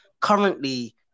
currently